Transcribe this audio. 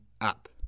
up